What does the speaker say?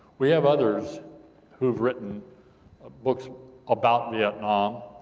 we have others who've written ah books about vietnam,